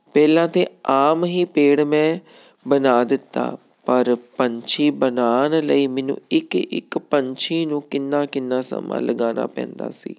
ਪਹਿਲਾਂ ਤਾਂ ਆਮ ਹੀ ਪੇੜ ਮੈਂ ਬਣਾ ਦਿੱਤਾ ਪਰ ਪੰਛੀ ਬਣਾਉਣ ਲਈ ਮੈਨੂੰ ਇੱਕ ਇੱਕ ਪੰਛੀ ਨੂੰ ਕਿੰਨਾ ਕਿੰਨਾ ਸਮਾਂ ਲਗਾਉਣਾ ਪੈਂਦਾ ਸੀ